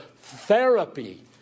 therapy